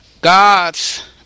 God's